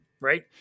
right